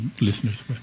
listeners